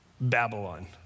Babylon